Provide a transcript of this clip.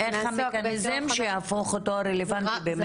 איך מתכנסים שיהפוך אותו רלוונטי באמת?